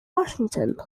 washington